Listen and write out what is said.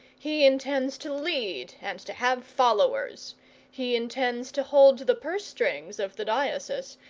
he intends to lead, and to have followers he intends to hold the purse strings of the diocese,